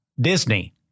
Disney